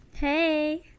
Hey